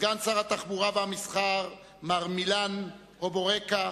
סגן שר התחבורה והמסחר, מר מילן הובורקה,